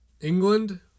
England